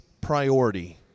priority